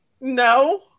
no